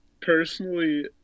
personally